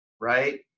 right